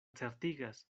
certigas